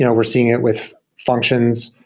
yeah we're seeing it with functions.